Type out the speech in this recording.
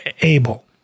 able